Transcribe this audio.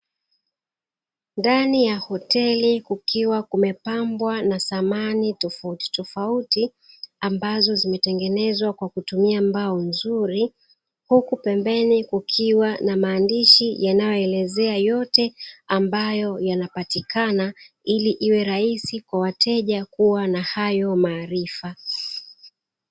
Ndani ya hoteli kukiwa kumepambwa na samani tofautitofauti ambazo zimetengenezwa kwa kutumia mbao nzuri, huku pembeni kukiwa na maandishi yanayoeleza yote ambayo yanapatikana, ili iwe rahisi kwa wateja kuwa na hayo maarifa.